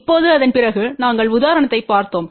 இப்போது அதன் பிறகு நாங்கள் உதாரணத்தைப் பார்த்தோம்